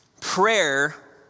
prayer